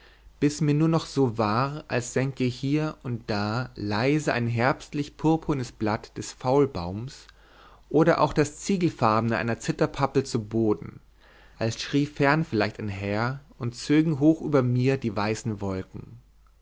bis mir nur noch so war als sänke hier und da leise ein herbstlich purpurnes blatt des faulbaums oder auch das ziegelfarbene einer zitterpappel zu boden als schrie fern vielleicht ein häher und zögen hoch über mir die weißen wolken